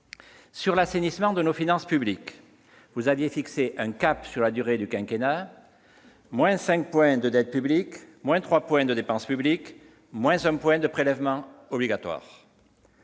Sur l'assainissement de nos finances publiques, monsieur le secrétaire d'État, vous aviez fixé un cap pour la durée du quinquennat : moins 5 points de dette publique, moins 3 points de dépense publique, moins 1 point de prélèvements obligatoires.